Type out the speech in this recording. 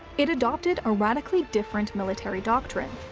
it adopted a radically different military doctrine.